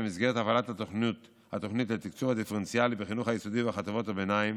במסגרת הפעלת התוכנית לתקצוב הדיפרנציאלי בחינוך היסודי ובחטיבת הביניים